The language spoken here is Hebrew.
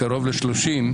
קרוב ל-30,